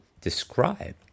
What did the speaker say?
describe